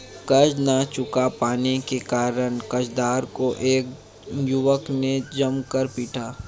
कर्ज ना चुका पाने के कारण, कर्जदार को एक युवक ने जमकर पीटा